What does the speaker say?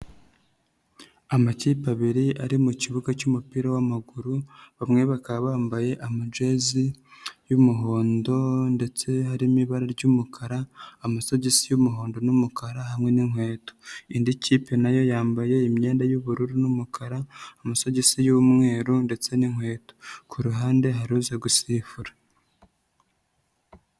Amakipe abiri ari mu kibuga cy'umupira w'amaguru bamwe bakaba bambaye amajezi y'umuhondo ndetse harimo ibara ry'umukara, amasogisi y'umuhondo n'umukara hamwe n'inkweto, indi kipe na yo yambaye imyenda y'ubururu n'umukara, amasogisi y'umweru ndetse n'inkweto, ku ruhande hari uza gusifura.